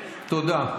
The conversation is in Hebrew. תודה.